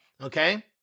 Okay